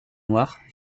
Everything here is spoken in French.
noire